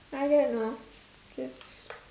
I don't know just